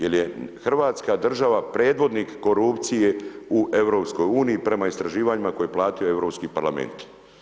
Jer je Hrvatska država predvodnik korupcije u EU, prema istraživanjima koje je platio Europski parlament.